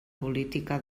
política